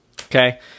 okay